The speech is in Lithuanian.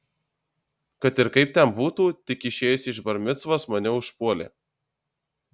kad ir kaip ten būtų tik išėjusį iš bar micvos mane užpuolė